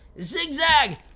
Zigzag